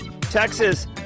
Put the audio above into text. Texas